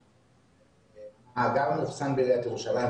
מאה אחוז.